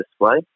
display